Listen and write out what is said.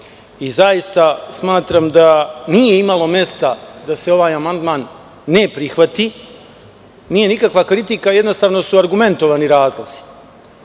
Zaista smatram da nije imalo mesta da se ovaj amandman ne prihvati. Nije nikakva kritika, jednostavno su argumentovani razlozi. Moram